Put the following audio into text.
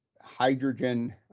hydrogen